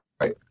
right